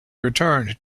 returned